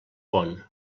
pon